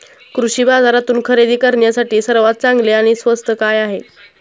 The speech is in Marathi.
कृषी बाजारातून खरेदी करण्यासाठी सर्वात चांगले आणि स्वस्त काय आहे?